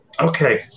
okay